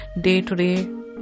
day-to-day